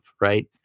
right